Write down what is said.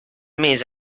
més